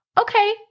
okay